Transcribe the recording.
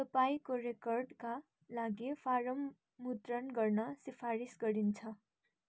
तपाईँँको रेकर्डका लागि फारम मुद्रण गर्न सिफारिस गरिन्छ